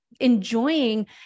enjoying